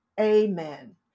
Amen